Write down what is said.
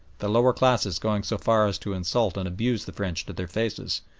the lower classes going so far as to insult and abuse the french to their faces,